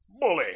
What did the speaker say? Bully